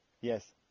yes